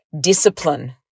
Discipline